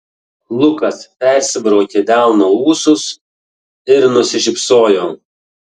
lukas persibraukė delnu ūsus ir nusišypsojo